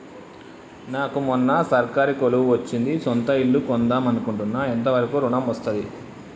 నాకు మొన్న సర్కారీ కొలువు వచ్చింది సొంత ఇల్లు కొన్దాం అనుకుంటున్నా ఎంత వరకు ఋణం వస్తది?